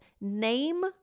name